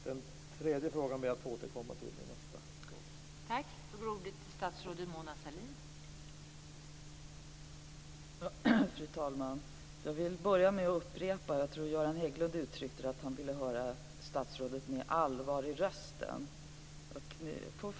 Den tredje frågan ber jag att få återkomma till i nästa inlägg.